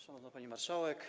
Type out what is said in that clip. Szanowna Pani Marszałek!